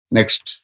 Next